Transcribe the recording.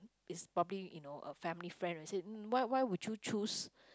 is probably you know a family friend will say why why would you choose